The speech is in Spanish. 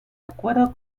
acuerdo